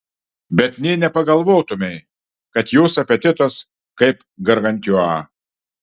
bet nė nepagalvotumei kad jos apetitas kaip gargantiua